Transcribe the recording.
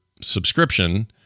subscription